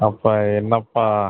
அப்பா என்னப்பா